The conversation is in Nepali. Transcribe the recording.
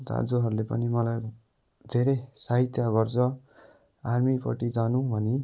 दाजुहरूले पनि मलाई धेरै सहायता गर्छ आर्मीपट्टि जानु भनी